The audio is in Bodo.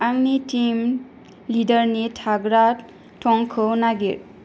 आंनि टिम लिडारनि थाग्रा थंखौ नागिर